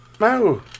No